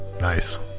Nice